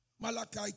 Malachi